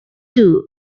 two